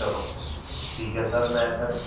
ਚਲੋ ਠੀਕ ਹੈ ਸਰ ਮੈਂ ਫਿਰ